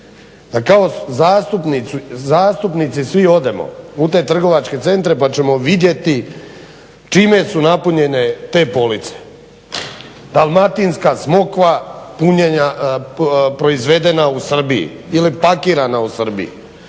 kao zastupnici svi odemo u te trgovačke centre pa ćemo vidjeti čime su napunjene te police. Dalmatinska smokva proizvedena u Srbiji ili pakirana u Srbiji,